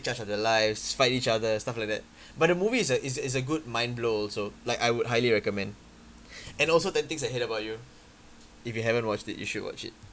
charge of their lives fight each other stuff like that but the movie it's a it's a it's a good mind-blow also like I would highly recommend and also ten things I hate about you if you haven't watched it you should watch it